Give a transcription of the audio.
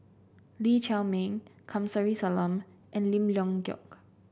Lee Chiaw Meng Kamsari Salam and Lim Leong Geok